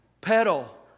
Pedal